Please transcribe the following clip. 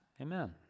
amen